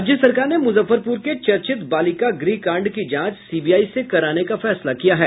राज्य सरकार ने मुजफ्फरपुर के चर्चित बालिका गृह कांड की जांच सीबीआई से कराने का फैसला किया है